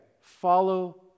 follow